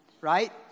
right